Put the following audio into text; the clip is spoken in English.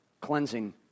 cleansing